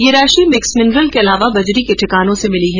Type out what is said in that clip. यह राशि mix mineral के अलावा बजरी के ठिकानों से मिली है